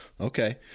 Okay